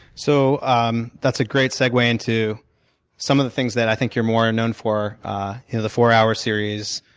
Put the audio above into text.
so um that's a great segway into some of the things that i think you're more known for in the four hour series,